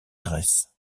graisses